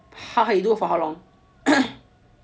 how he do for how long